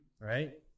right